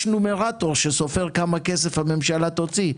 יש נומרטור שסופר כמה כסף הממשלה תוציא,